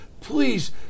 please